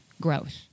growth